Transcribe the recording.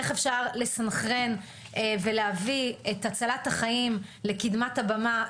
איך אפשר לסנכרן ולהביא את הצלת החיים לקדמת הבמה,